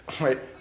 right